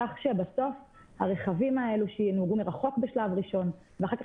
כך שבסוף הרכבים האלה שינוהגו מרחוק בשלב ראשון ואחר כך